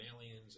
Aliens